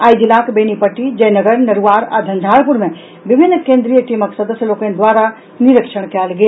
आई जिलाक बेनीपट्टी जयनगर नरूआर आ झंझारपुर मे विभिन्न केंद्रीय टीमक सदस्य लोकनि द्वारा निरीक्षण कयल गेल